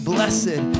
Blessed